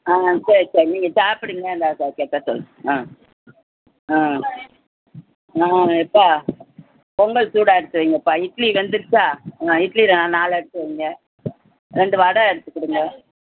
ஆ சரி சரி நீங்கள் சாப்பிடுங்க இந்தா க கட்ட சொல்கிறேன் ஆ ஆ ஆ அப்பா பொங்கல் சூடாக எடுத்து வையுங்கப்பா இட்லி வெந்துடுச்சா ஆ இட்லி நா நாலு எடுத்து வையுங்க ரெண்டு வடை எடுத்துக் கொடுங்க